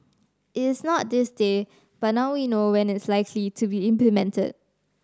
it is not this day but now we know when it's likely to be implemented